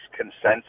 consensus